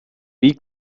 wie